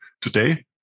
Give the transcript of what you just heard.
Today